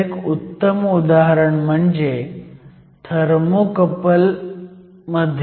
एक उत्तम उदाहरण म्हणजे थर्मोकपल मध्ये